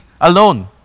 alone